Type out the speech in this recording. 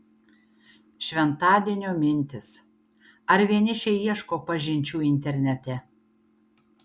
šventadienio mintys ar vienišiai ieško pažinčių internete